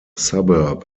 suburb